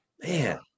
Man